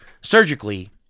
surgically